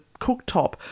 cooktop